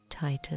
title